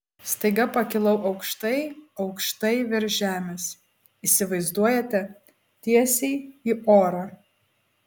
staiga pakilau aukštai aukštai virš žemės įsivaizduojate tiesiai į orą